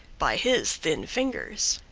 by his thin fingers.